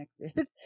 connected